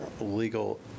legal